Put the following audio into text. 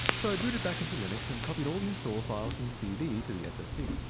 so i booted back into linux and copied all the installer files from the cd to the ssd.